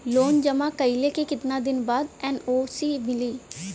Loan जमा कइले के कितना दिन बाद एन.ओ.सी मिली?